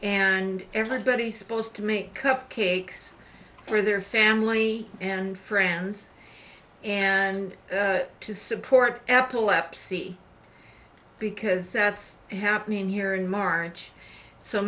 and everybody supposed to make cupcakes for their family and friends and to support epilepsy because it's happening here in march so